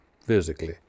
physically